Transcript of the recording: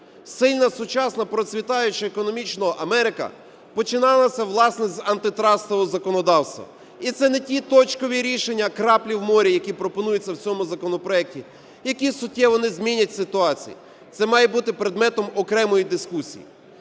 Сильна, сучасна, процвітаюча економічно Америка починалася власне з антитрастового законодавства, і це не ті точкові рішення - краплі в морі, які пропонуються в цьому законопроекті, які суттєво не змінять ситуації, це має бути предметом окремої дискусії.